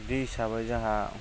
बे हिसाबै जोंहा